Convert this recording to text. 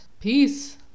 peace